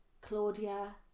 Claudia